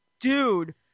Dude